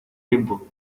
tiempo